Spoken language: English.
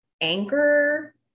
anger